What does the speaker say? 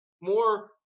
more –